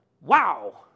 wow